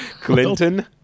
Clinton